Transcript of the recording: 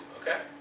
Okay